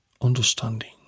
understanding